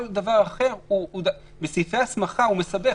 כל דבר אחר בסעיפי ההסמכה הוא מסבך.